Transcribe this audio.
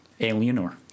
Alienor